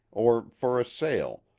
or for a sail,